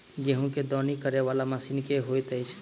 गेंहूँ केँ दौनी करै वला मशीन केँ होइत अछि?